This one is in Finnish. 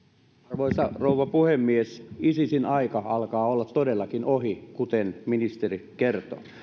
arvoisa rouva puhemies isisin aika alkaa olla todellakin ohi kuten ministeri kertoi